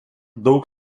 daug